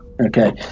Okay